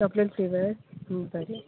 chocolate flavour बरें